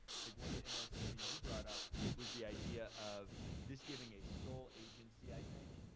i think one of the interesting things you brought up was the idea of this giving a sole agency, i think,